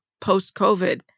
post-COVID